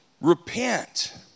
Repent